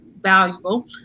valuable